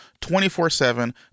24-7